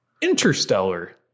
Interstellar